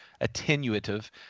attenuative